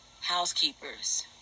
housekeepers